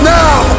now